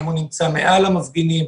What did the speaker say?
האם היא נמצאת מעל המפגינים.